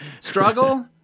Struggle